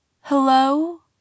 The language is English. Hello